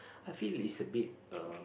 I feel is a bit err